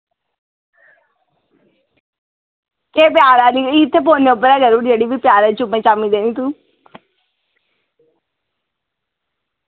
केह् प्यार आह्ली इत्थे फोने उप्पर गै करूड़ जेह्ड़ी बी प्यार चुम्मे चामी देनी तू